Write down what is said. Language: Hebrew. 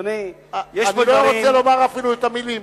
אני לא רוצה לומר אפילו את המלים.